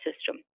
system